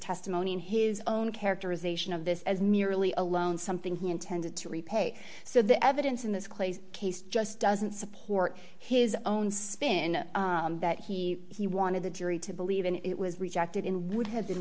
testimony in his own characterization of this as merely a loan something he intended to repay so the evidence in this clay's case just doesn't support his own spin that he he wanted the jury to believe in it was rejected in would have been